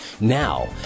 Now